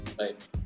Right